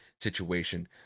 situation